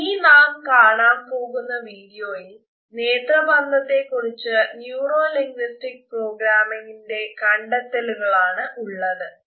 ഇനി നാം കാണാൻ പോകുന്ന വിഡിയോയിൽ നേത്രബന്ധത്തെ കുറിച്ച് ന്യൂറോ ലിംഗ്വിസ്റ്റിക് പ്രോഗ്രാമ്മിങ്ന്റെ കണ്ടെത്തലുകളാണ് ഉള്ളത്